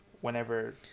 whenever